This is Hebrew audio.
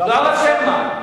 הרב שרמן.